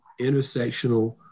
intersectional